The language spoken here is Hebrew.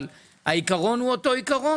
אבל העיקרון הוא אותו עיקרון,